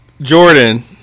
Jordan